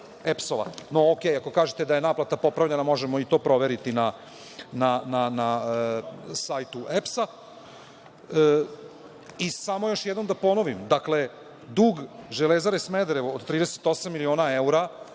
EPS, no okej, ako kažete da je naplata popravljena možemo i to proveriti na sajtu EPS.Samo još jednom da ponovim, dakle dug Železare Smederevo od 38 miliona evra,